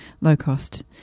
low-cost